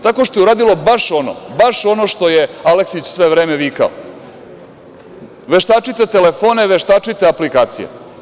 Tako što je uradilo baš ono što je Aleksić sve vreme vikao – veštačite telefone, veštačite aplikacije.